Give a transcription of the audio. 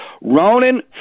Ronan